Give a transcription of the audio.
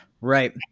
right